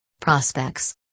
Prospects